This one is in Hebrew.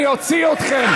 אני אוציא אתכם.